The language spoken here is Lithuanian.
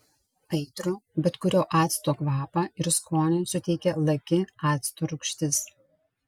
aitrų bet kurio acto kvapą ir skonį suteikia laki acto rūgštis